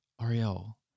Ariel